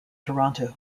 toronto